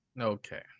Okay